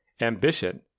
ambition